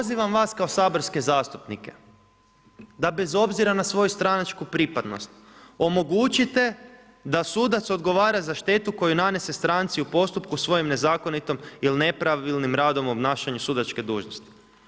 Pozivam vas kao saborske zastupnike da bez obzira na svoju stranačku pripadnost omogućite da sudac odgovara za štetu koju nanese stranci u postupku svojim nezakonitim ili nepravilnim radom obnašanja sudačke dužnosti.